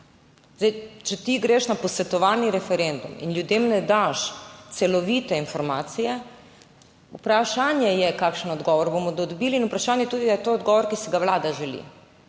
Zdaj, če ti greš na posvetovalni referendum in ljudem ne daš celovite informacije, vprašanje je, kakšen odgovor bomo dobili in vprašanje je tudi ali je to odgovor, ki si ga Vlada želi.